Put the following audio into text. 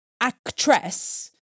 actress